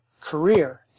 career